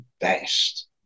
best